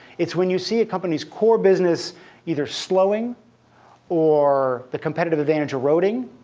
it's when you see a company's core business either slowing or the competitive advantage eroding,